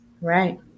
Right